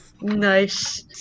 Nice